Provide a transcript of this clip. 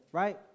right